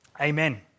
Amen